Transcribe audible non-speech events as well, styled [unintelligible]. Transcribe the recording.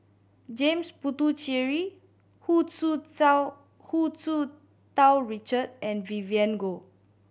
James Puthucheary Hu Tsu [unintelligible] Hu Tsu Tau Richard and Vivien Goh